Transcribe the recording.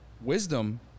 Wisdom